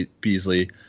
Beasley